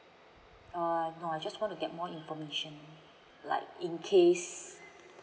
uh no I just want to get more information like in case